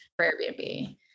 airbnb